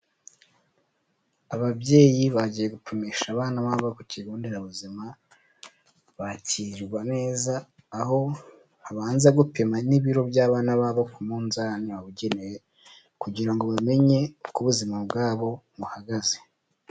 Ababyeyi bagiye gupimisha abana babo ku kigo nderabuzima, bakirirwa neza, aho babanza gupima n'ibiro by'abana babo ku munzani wabugenewe, kugira ngo bamenye uko ubuzima bwabo buhagaze.